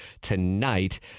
tonight